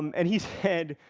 and he said,